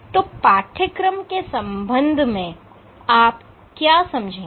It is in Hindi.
तो पाठ्यक्रम के संबंध में आप क्या समझेंगे